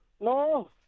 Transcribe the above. No